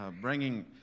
bringing